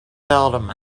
seldom